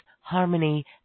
harmony